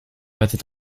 rather